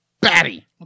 batty